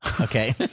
Okay